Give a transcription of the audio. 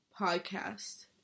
podcast